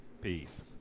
Peace